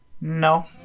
No